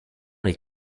les